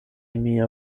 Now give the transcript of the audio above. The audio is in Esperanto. mia